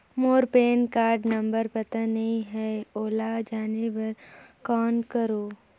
मोर pan card number पता नहीं है, ओला जाने बर कौन करो?